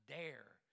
dare